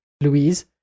Louise